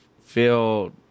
feel